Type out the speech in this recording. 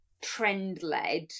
trend-led